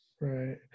right